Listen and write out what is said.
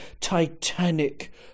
titanic